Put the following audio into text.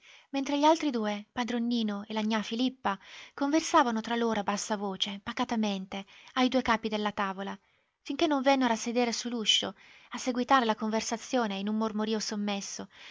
mentre gli altri due padron nino e la gnà filippa conversavano tra loro a bassa voce pacatamente ai due capi della tavola finché non vennero a sedere su l'uscio a seguitare la conversazione in un mormorio sommesso